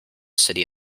city